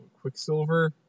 Quicksilver